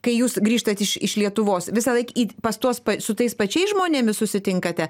kai jūs grįžtat iš iš lietuvos visąlaik į pas tuos su tais pačiais žmonėmis susitinkate